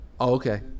okay